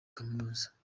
kaminuza